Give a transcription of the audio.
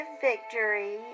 Victory